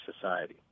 society